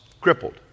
crippled